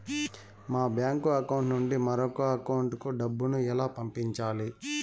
మా bank account నుండి మరొక అకౌంట్ కు డబ్బును ఎలా పంపించాలి